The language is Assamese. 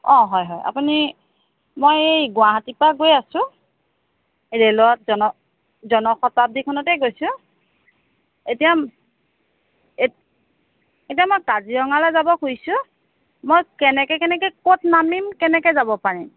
অঁ হয় হয় আপুনি মই এই গুৱাহাটীৰপৰা গৈ আছোঁ ৰেলত জনশতাব্দীখনতে গৈছোঁ এতিয়া এতিয়া মই কাজিৰঙালৈ যাব খুজিছোঁ মই কেনেকৈ কেনেকৈ ক'ত নামিম কেনেকৈ যাব পাৰিম